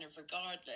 regardless